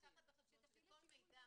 נו, באמת.